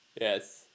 Yes